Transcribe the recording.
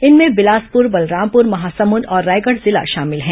इनमें बिलासपुर बलरामपुर महासमुद और रायगढ़ जिला शाभिल है